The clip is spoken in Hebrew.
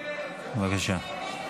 בבקשה.